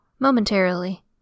momentarily